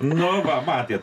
nu va matėt